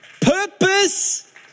purpose